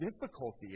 difficulty